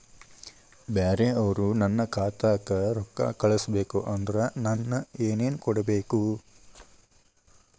ಬ್ಯಾರೆ ಅವರು ನನ್ನ ಖಾತಾಕ್ಕ ರೊಕ್ಕಾ ಕಳಿಸಬೇಕು ಅಂದ್ರ ನನ್ನ ಏನೇನು ಕೊಡಬೇಕು?